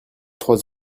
trois